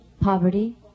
Poverty